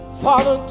father